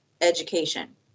education